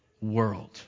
world